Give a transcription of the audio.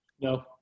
No